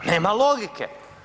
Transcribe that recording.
Nema logike.